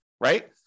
right